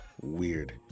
Weird